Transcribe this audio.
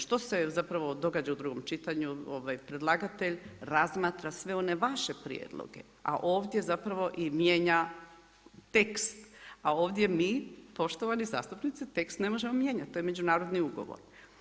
Što se zapravo događa u 2 čitanju, predlagatelj razmatra sve one vaše prijedloge, a ovdje zapravo i mijenja tekst, a ovdje mi poštovani zastupnici, tekst ne možemo mijenjati, to je međunarodni ugovor.